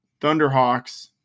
Thunderhawks